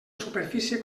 superfície